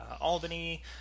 Albany